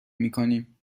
میکنیم